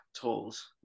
tools